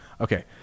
Okay